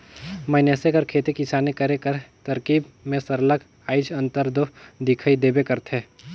मइनसे कर खेती किसानी करे कर तरकीब में सरलग आएज अंतर दो दिखई देबे करथे